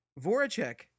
voracek